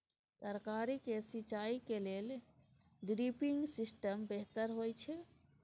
तरकारी के सिंचाई के लेल ड्रिपिंग सिस्टम बेहतर होए छै?